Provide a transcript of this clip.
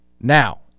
Now